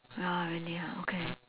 oh really ah okay